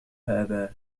أباه